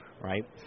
right